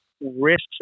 risks